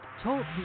talk